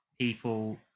people